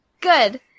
Good